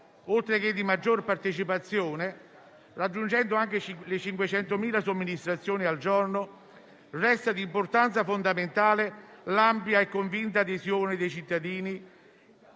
oltre che di maggior partecipazione, raggiungendo anche le 500.000 somministrazioni al giorno, restano di importanza fondamentale l'ampia e convinta adesione dei cittadini;